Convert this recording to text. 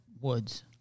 Woods